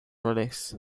release